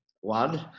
One